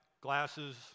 glasses